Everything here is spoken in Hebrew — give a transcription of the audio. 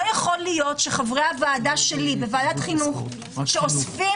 לא ייתכן שחברי הוועדה שלי בוועדת חינוך שאוספים